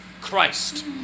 christ